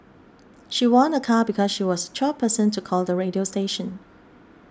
she won a car because she was twelfth person to call the radio station